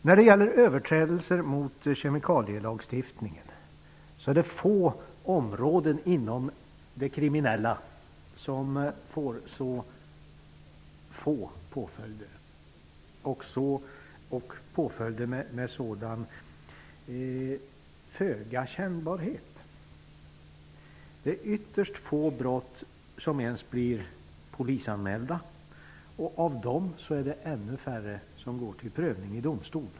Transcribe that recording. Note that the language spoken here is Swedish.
När det gäller överträdelser av kemikalielagstiftningen vill jag säga att det är få förseelser inom det kriminella området som får så få påföljder och påföljder med så föga av kännbarhet som dessa. Det är ytterst få brott som ens blir polisanmälda, och av dem går ännu färre till prövning i domstol.